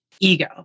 ego